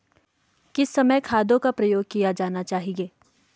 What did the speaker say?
किस समय खादों का प्रयोग किया जाना चाहिए?